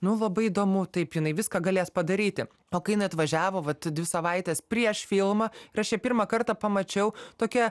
nu labai įdomu taip jinai viską galės padaryti o kai jinai atvažiavo vat dvi savaitės prieš filmą ir aš ją pirmą kartą pamačiau tokia